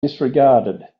disregarded